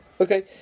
Okay